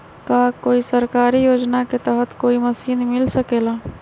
का कोई सरकारी योजना के तहत कोई मशीन मिल सकेला?